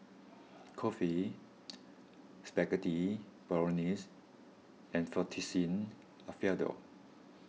Kulfi Spaghetti Bolognese and Fettuccine Alfredo